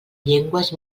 llengües